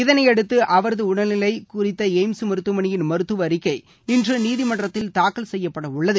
இதனையடுத்து அவரது உடல்நிலை குறித்த எய்ம்ஸ் மருத்துவமனையின் மருத்துவ அறிக்கை இன்று நீதிமன்றத்தில் தாக்கல் செய்யப்படவுள்ளது